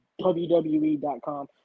WWE.com